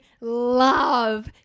love